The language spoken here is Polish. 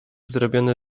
zrobione